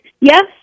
yes